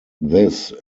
this